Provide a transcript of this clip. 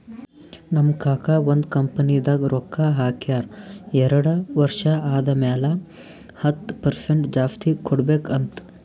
ನಮ್ ಕಾಕಾ ಒಂದ್ ಕಂಪನಿದಾಗ್ ರೊಕ್ಕಾ ಹಾಕ್ಯಾರ್ ಎರಡು ವರ್ಷ ಆದಮ್ಯಾಲ ಹತ್ತ್ ಪರ್ಸೆಂಟ್ ಜಾಸ್ತಿ ಕೊಡ್ಬೇಕ್ ಅಂತ್